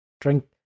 Drink